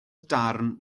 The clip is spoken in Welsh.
darn